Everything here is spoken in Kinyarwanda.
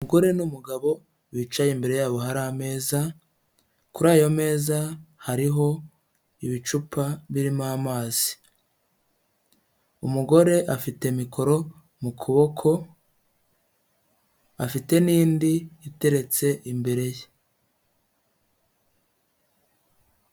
Umugore n'umugabo bicaye imbere yabo hari ameza, kuri ayo meza hariho ibicupa birimo amazi, umugore afite mikoro mu kuboko, afite n'indi iteretse imbere ye.